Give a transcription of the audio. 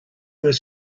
was